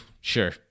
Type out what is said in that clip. sure